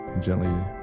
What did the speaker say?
Gently